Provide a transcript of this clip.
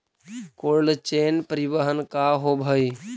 Cold chain परिवहन का होव हइ?